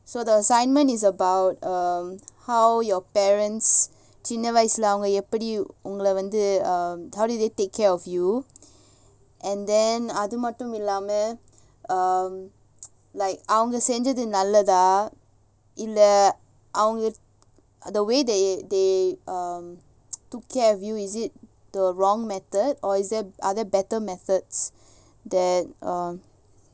so the assignment is about how your parents சின்னவயசுலஅவங்கஎப்படிஉங்களவந்து:chinna vayasula avanga epdi ungala vandhu how did they take care of you and then அதுமட்டுமில்லாம:adhumattumillama um like அவங்கசெஞ்சதுநல்லததாஇல்லஅவங்க:avanga senjathu nallathatha illa avanga the way they they um took care of you is it the wrong method or is there other better methods that um